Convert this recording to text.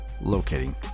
locating